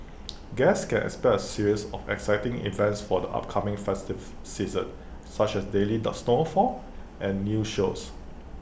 guests can expect aseries of exciting events for the upcoming festive season such as daily snowfall and new shows